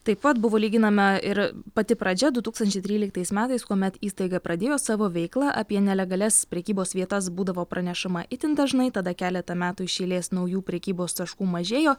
taip pat buvo lyginama ir pati pradžia du tūkstančiai tryliktais metais kuomet įstaiga pradėjo savo veiklą apie nelegalias prekybos vietas būdavo pranešama itin dažnai tada keletą metų iš eilės naujų prekybos taškų mažėjo